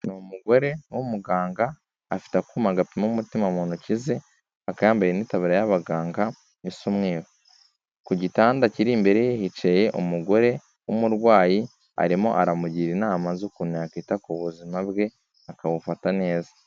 Ni umugore w'umuganga afite akuma gapima umutima mu ntoki ze, akaba yambaye n'itaburiya y'abaganga isa umweru, ku gitanda kiri imbere ye hicaye umugore w'umurwayi arimo aramugira inama z'ukuntu yakita ku buzima bwe, akabufata neza.